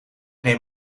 neem